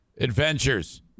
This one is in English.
adventures